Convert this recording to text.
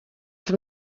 from